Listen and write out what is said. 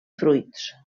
fruits